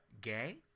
gay